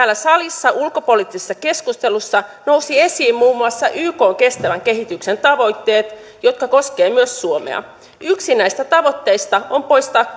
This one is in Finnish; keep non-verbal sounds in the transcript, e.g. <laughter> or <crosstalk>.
täällä salissa ulkopoliittisessa keskustelussa nousivat esiin muun muassa ykn kestävän kehityksen tavoitteet jotka koskevat myös suomea yksi näistä tavoitteista on poistaa <unintelligible>